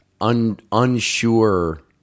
unsure